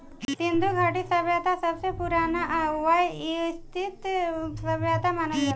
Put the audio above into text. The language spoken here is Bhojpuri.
सिन्धु घाटी सभ्यता सबसे पुरान आ वयवस्थित सभ्यता मानल जाला